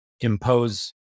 impose